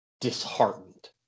disheartened